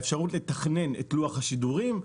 האפשרות לתכנן את לוח השידורים,